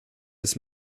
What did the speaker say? his